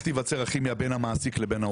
תיווצר הכימיה בין המעסיק לבין העובד,